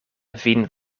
vin